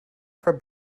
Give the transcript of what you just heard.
for